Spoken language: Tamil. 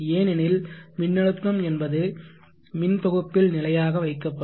ஏனெனில் மின்னழுத்தம் என்பது மின் தொகுப்பில் நிலையாக வைக்கப்படும்